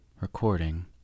Recording